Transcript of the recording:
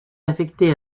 affecté